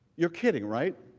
you're kidding, right.